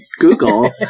Google